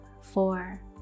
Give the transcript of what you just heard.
four